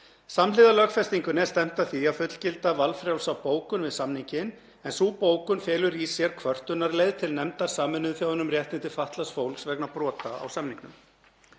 Samhliða lögfestingunni er stefnt að því að fullgilda valfrjálsa bókun við samninginn, en sú bókun felur í sér kvörtunarleið til nefndar Sameinuðu þjóðanna um réttindi fatlaðs fólks vegna brota á samningnum.